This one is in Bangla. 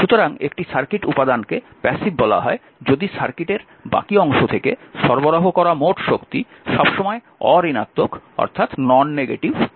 সুতরাং একটি সার্কিট উপাদানকে প্যাসিভ বলা হয় যদি সার্কিটের বাকি অংশ থেকে সরবরাহ করা মোট শক্তি সবসময় অঋণাত্মক হয়